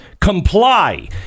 comply